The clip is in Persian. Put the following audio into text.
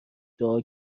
دعا